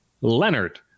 Leonard